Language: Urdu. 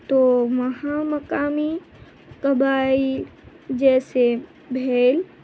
تو یہاں مقامی قبائل جیسے بھیل